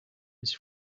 was